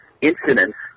incidents